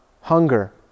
hunger